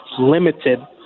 limited